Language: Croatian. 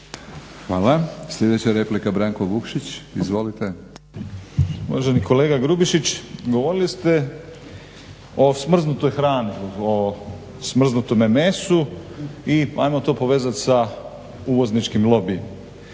(Hrvatski laburisti - Stranka rada)** Uvaženi kolega Grubišić, govorili ste o smrznutoj hrani, o smrznutome mesu i hajmo to povezati sa uvozničkim lobijem.